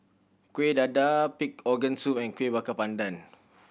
Kueh Dadar pig organ soup and Kuih Bakar Pandan